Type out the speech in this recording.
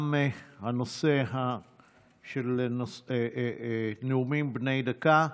תם הנושא של נאומים בני דקה.